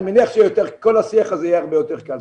אני מניח שכל השיח הזה יהיה הרבה יותר קל.